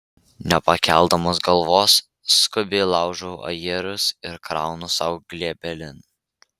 nepakeldamas galvos skubiai laužau ajerus ir kraunu sau glėbelin